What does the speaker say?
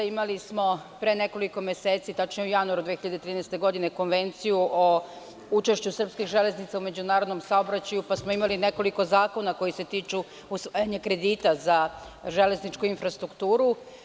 Imali smo pre nekoliko meseci, tačnije u januaru 2013. godine, Konvenciju o učešću srpskih železnica u međunarodnom saobraćaju, pa smo imali nekoliko zakona koji se tiču usvajanja kredita za železničku infrastrukturu.